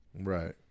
Right